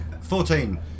Fourteen